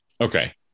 Okay